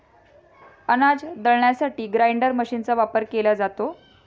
अनाज दळण्यासाठी ग्राइंडर मशीनचा वापर केला जातो